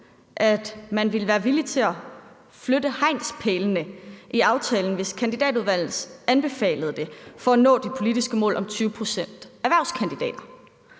at man ville være villig til at flytte hegnspælene i aftalen, hvis Kandidatudvalget anbefalede det, for at nå det politiske mål om 20 pct. erhvervskandidatuddannelser.